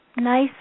Nice